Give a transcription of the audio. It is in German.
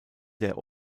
der